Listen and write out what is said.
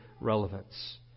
relevance